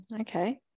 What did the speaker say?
okay